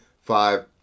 five